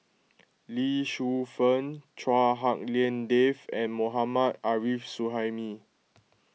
Lee Shu Fen Chua Hak Lien Dave and Mohammad Arif Suhaimi